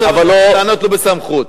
עכשיו אתה יכול לענות לו בסמכות.